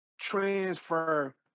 transfer